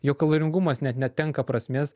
jo kaloringumas net netenka prasmės